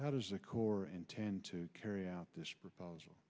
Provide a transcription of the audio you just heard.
how does the corps intend to carry out this proposal